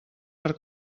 per